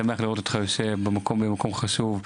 שמח לראות אותך יושב במקום חשוב,